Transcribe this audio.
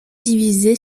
divisée